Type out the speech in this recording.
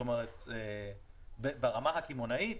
ברמה הקמעונאית,